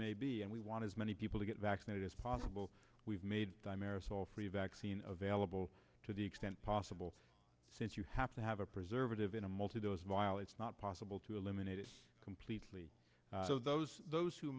may be and we want as many people to get vaccinated as possible we've i'm aerosol free vaccine available to the extent possible since you have to have a preservative in a multi those vial it's not possible to eliminate it completely so those those who